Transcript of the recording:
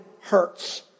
hurts